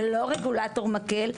ולא רגולטור מקל,